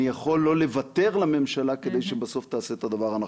אני יכול לא לוותר לממשלה כדי שבסוף תעשה את הדבר הנכון.